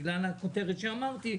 בגלל הכותרת שאמרתי,